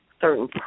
certain